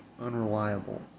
unreliable